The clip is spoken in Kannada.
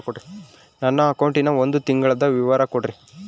ನನ್ನ ಅಕೌಂಟಿನ ಒಂದು ತಿಂಗಳದ ವಿವರ ಕೊಡ್ರಿ?